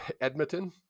Edmonton